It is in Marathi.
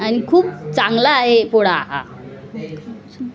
आणि खूप चांगला आहे पोळा हा